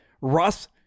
Russ